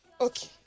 Okay